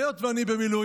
והיות שאני במילואים,